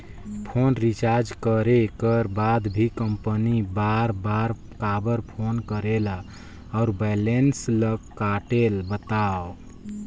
Phone recharge करे कर बाद भी कंपनी बार बार काबर फोन करेला और बैलेंस ल काटेल बतावव?